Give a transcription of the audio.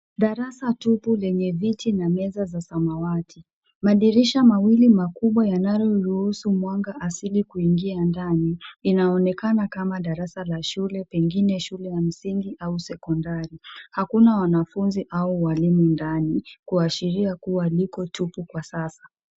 Darasa tupu lenye viti na meza za samawati. Madirisha mawili makubwa yanayoruhusu mwanga asili kuingia ndani, inaonekana kama darasa la shule pengine shule ya msingi au sekondari. Hakuna wanafunzi au walimu ndani kuashiria kuwa liko tupu kwa sasa.